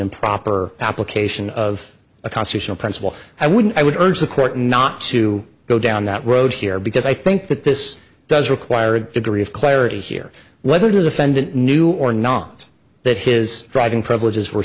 improper application of a constitutional principle i wouldn't i would urge the court not to go down that road here because i think that this does require a degree of clarity here whether defendant knew or not that his driving privileges were